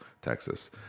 Texas